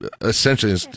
essentially